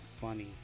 funny